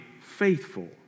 faithful